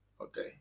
okay